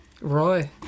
Roy